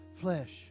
flesh